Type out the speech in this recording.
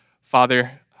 Father